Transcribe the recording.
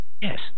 Yes